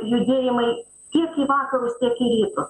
judėjimai tiek į vakarus tiek į rytus